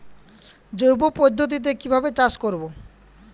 জৈব পদ্ধতিতে কিভাবে চাষ করব?